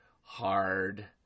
hard